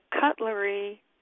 cutlery